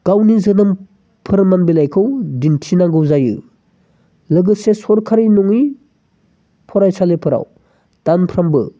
गावनि जोनोम फोरमान बिलाइखौ दिन्थिनांगौ जायो लोगोसे सोरखारि नङै फरायसालिफोराव दानफ्रोमबो